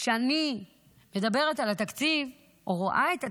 כשאני מדברת על התקציב, רואה את התקציב,